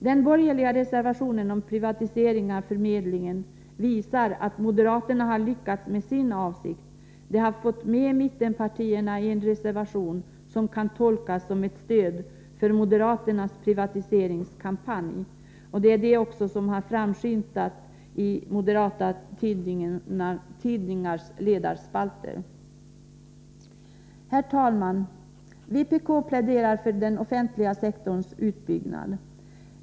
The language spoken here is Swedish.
Den borgerliga reservationen om privatisering av förmedlingen visar att moderaterna har lyckats med sin avsikt. De har fått med mittenpartierna på en reservation som kan tolkas som ett stöd för moderaternas privatiseringskampanj. Detta har också framskymtat i de moderata tidningarnas ledarspalter. Herr talman! Vpk pläderar för den offentliga sektorns utbyggnad.